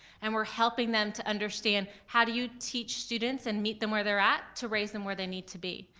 and we're helping them to understand, how do you teach students and meet them where they're at to raise them where they need to be?